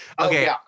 Okay